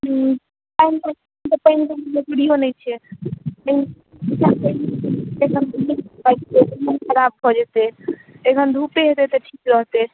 हँ